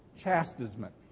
chastisement